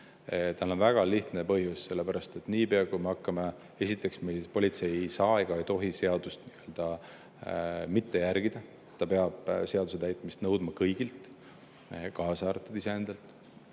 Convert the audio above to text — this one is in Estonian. Tal on väga lihtne põhjus: sellepärast et niipea kui me hakkame … Esiteks, politsei ei saa ega tohi seadust mitte järgida. Ta peab seaduse täitmist nõudma kõigilt, kaasa arvatud iseendalt.